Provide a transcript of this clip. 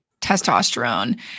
testosterone